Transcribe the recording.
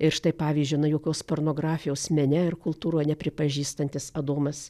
ir štai pavyzdžiui na jokios pornografijos mene ir kultūroje nepripažįstantis adomas